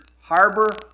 harbor